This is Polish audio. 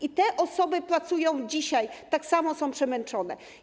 I te osoby pracują dzisiaj, tak samo są przemęczone.